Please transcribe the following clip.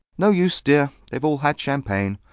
no use, dear. they've all had champagne.